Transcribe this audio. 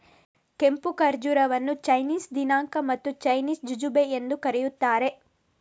ಕೆಂಪು ಖರ್ಜೂರವನ್ನು ಚೈನೀಸ್ ದಿನಾಂಕ ಮತ್ತು ಚೈನೀಸ್ ಜುಜುಬೆ ಎಂದೂ ಕರೆಯುತ್ತಾರೆ